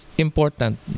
important